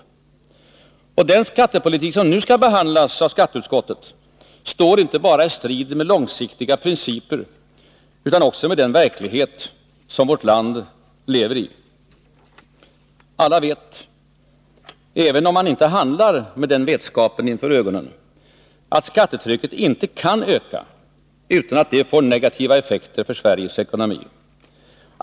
De förslag till skattepolitik som skall behandlas av skatteutskottet står inte bara i strid med långsiktiga principer utan också med den verklighet som vårt land lever i. Alla vet — även om de inte handlar med den vetskapen inför ögonen — att skattetrycket inte kan öka utan att detta får negativa effekter för Sveriges ekonomi.